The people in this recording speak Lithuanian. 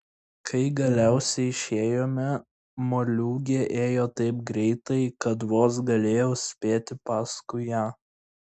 kai galiausiai išėjome moliūgė ėjo taip greitai kad vos galėjau spėti paskui ją